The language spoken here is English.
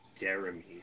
Jeremy